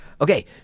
Okay